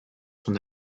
son